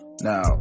now